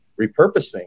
repurposing